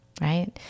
right